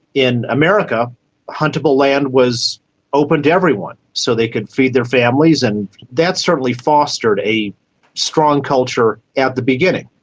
in america huntable land was open to everyone so they could feed their families, and that certainly fostered a strong culture at the beginning.